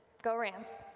go rams!